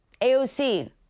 AOC